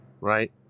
right